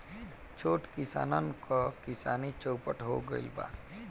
छोट किसानन क किसानी चौपट हो गइल बा